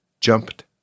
Jumped